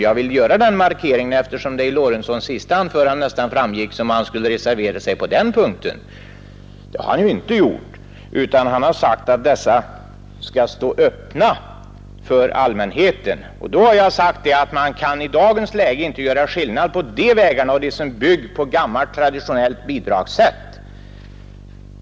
Jag vill göra den markeringen, eftersom det av herr Lorentzons senaste anförande verkade som om han hade reserverat sig på den punkten. Det har han inte gjort. Han har bara sagt att vägarna skall stå öppna för allmänheten. Till det har jag genmält att man i dagens läge inte kan göra skillnad på vägar som har byggts för beredskapsmedel och vägar som har byggts med traditionella bidrag.